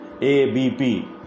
ABP